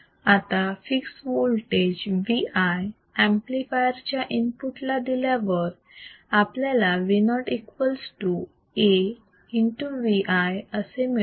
आता fix voltage Vi amplifier च्या input ला दिल्यावर आपल्याला Vo equals to AVi असे मिळते